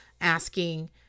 asking